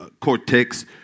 cortex